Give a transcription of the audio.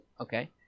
okay